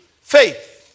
Faith